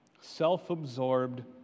self-absorbed